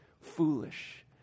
Foolish